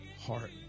heart